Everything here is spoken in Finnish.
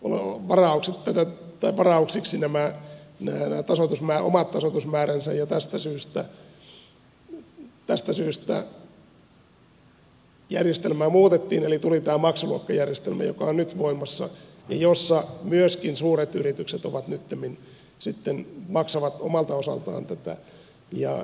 olen varaus kirjaamaan varauksiksi nämä omat eläkevastuunsa ja tästä syystä järjestelmää muutettiin eli tuli tämä maksuluokkajärjestelmä joka on nyt voimassa ja jossa myös suuret yritykset nyttemmin maksavat omalta osaltaan tätä